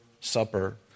Supper